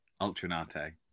Ultranate